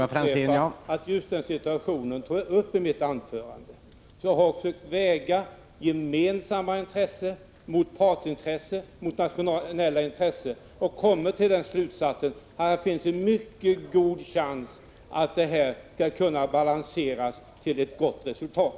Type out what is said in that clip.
Herr talman! Just denna situation tog jag upp i mitt anförande. Jag har försökt väga gemensamma intressen mot partsintressen och mot nationella intressen, och jag har kommit till den slutsatsen att det finns en mycket god chans att de skall kunna balanseras till ett gott resultat.